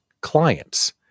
clients